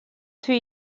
two